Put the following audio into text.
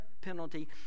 penalty